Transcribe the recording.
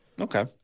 okay